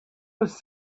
was